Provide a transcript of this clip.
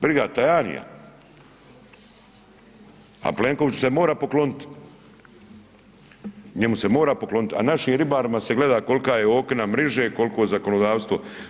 Briga Tajanija, a Plenković se mora poklonit, njemu se mora poklonit, a našim ribarima se gleda kolika je okna mriže, koliko zakonodavstvo.